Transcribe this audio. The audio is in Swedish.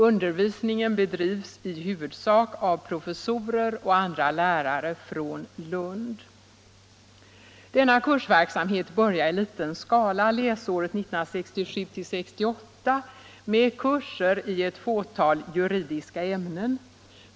Undervisningen bedrivs i huvudsak av professorer och andra lärare från Lund. Denna kursverksamhet började i liten skala läsåret 1967/68 med kurser i ett fåtal juridiska ämnen.